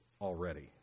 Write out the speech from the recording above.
already